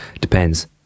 Depends